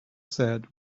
said